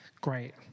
great